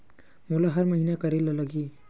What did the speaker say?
मोला हर महीना करे ल लगही?